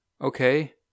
okay